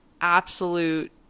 absolute